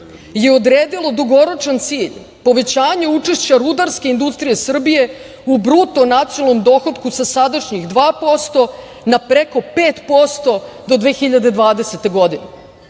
je odredilo dugoročan cilj povećanja učešća rudarske industrije Srbije u bruto nacionalnom dohotku sa sadašnjih 2% na preko 5% do 2020. godine. To